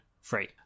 free